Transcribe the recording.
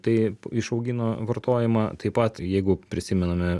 tai išaugino vartojimą taip pat jeigu prisimename